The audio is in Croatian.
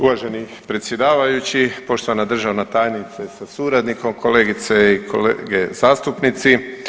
Uvaženi predsjedavajući, poštovana državna tajnice sa suradnikom, kolegice i kolege zastupnici.